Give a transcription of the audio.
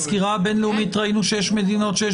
בסקירה הבין-לאומית ראינו שיש מדינות שיש